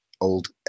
old